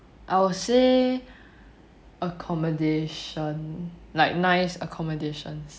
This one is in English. I will say accommodation like nice accommodations